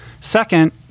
Second